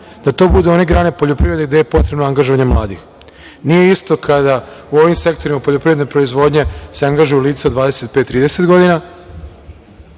da to budu one grane poljoprivrede gde je potrebno angažovanje mladih. Nije isto kada u ovim sektorima poljoprivredne proizvodnje se angažuju lica od 25 i 30 godina